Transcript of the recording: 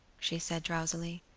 she said drowsily.